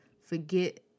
forget